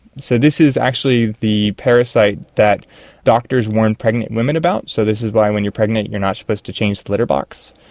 so this is actually the parasite that doctors warn pregnant women about. so this is why when you are pregnant you are not supposed to change the litter box.